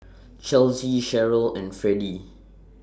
Chelsie Sherryl and Fredie